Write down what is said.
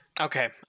okay